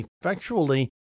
effectually